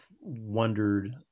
wondered